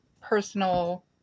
personal